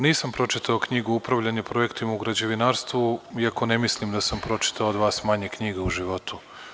Nisam pročitao knjigu „Upravljanje projektima u građevinarstvu“ iako ne mislim da sam pročitao od vas manje knjiga u životu.